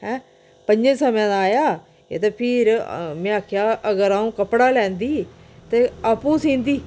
ऐं पंजें सवें दा आया ते फिर में आक्खेआ अगर अ'ऊं कपड़ा लैंदी ते आपूं सींदी